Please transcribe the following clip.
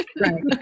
Right